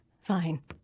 fine